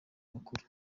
makuru